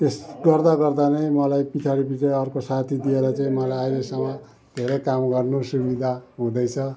त्यसो गर्दा गर्दा नै मलाई पछाडि पछाडि अर्को साथी दिएर चाहिँ मलाई अहिलेसम्म धेरै काम गर्नु सुविधा हुँदैछ